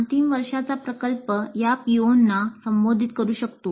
अंतिम वर्षाचा प्रकल्प या पीओना संबोधित करू शकतो